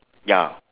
ya